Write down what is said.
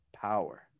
power